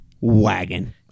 Wagon